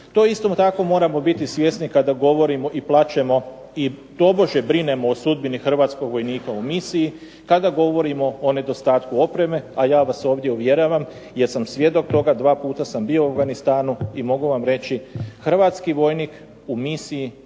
To isto tako moramo biti svjesni kada govorimo i plačemo i tobože brinemo o sudbini hrvatskog vojnika u misiji, kada govorimo o nedostatku opreme, a ja vas ovdje uvjeravam, jer sam svjedok toga, dva puta sam bio u Afganistanu i mogu vam reći hrvatski vojnik u misiji